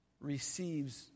receives